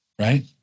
Right